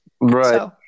Right